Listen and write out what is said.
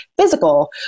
physical